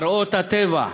מראות הטבע,